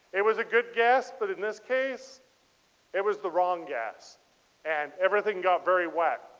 it was a good guess but in this case it was the wrong guess and everything got very wet.